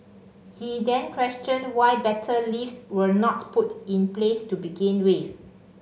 he then questioned why better lifts were not put in place to begin with